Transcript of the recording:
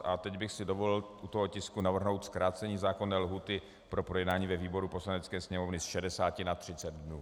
A teď bych si dovolil u toho tisku navrhnout zkrácení zákonné lhůty pro projednání ve výboru Poslanecké sněmovny z šedesáti na třicet dnů.